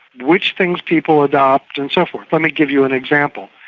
which things people adopt and so forth. let me give you an example.